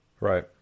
Right